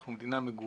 אנחנו מדינה מגוונת,